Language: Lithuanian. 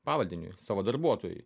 pavaldiniui savo darbuotojui